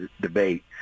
debate